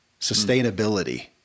sustainability